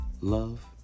love